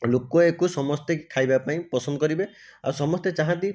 ଲୋକ ୟାକୁ ସମସ୍ତେ ଖାଇବାକୁ ପସନ୍ଦ କରିବେ ଆଉ ସମସ୍ତେ ଚାହାନ୍ତି